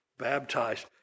baptized